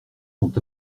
sont